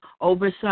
oversight